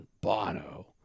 Bono